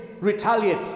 retaliate